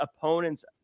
opponents